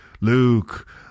luke